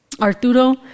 Arturo